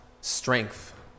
strength